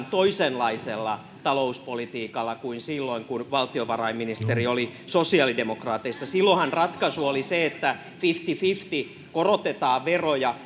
toisenlaisella talouspolitiikalla kuin silloin kun valtiovarainministeri oli sosiaalidemokraateista silloinhan ratkaisu oli se että fifty fifty korotetaan veroja